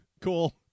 Cool